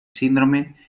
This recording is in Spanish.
síndrome